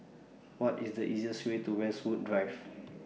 What IS The easiest Way to Westwood Drive